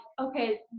okay